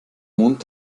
mond